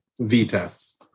Vitas